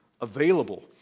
available